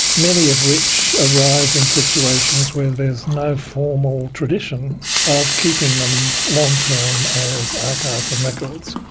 many of which arise in situations where there is no formal tradition of keeping them long-term as archives and records.